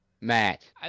Matt